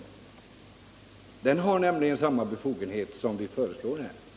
Där är befogenheterna desamma som dem vi föreslår i det här fallet.